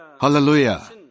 Hallelujah